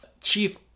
Chief